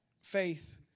Faith